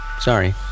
Sorry